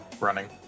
Running